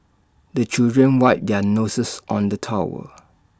the children wipe their noses on the towel